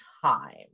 time